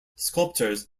sculptors